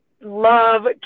love